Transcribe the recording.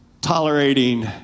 tolerating